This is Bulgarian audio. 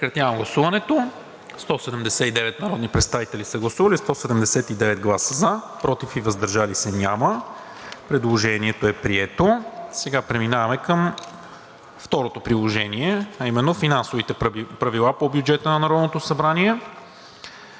оценка. Гласували 179 народни представители: за 179, против и въздържали се няма. Предложението е прието. Преминаваме към второто приложение, а именно финансовите правила по бюджета на Народното събрание.